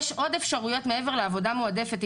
יש עוד אפשרויות מעבר לעבודה מועדפת,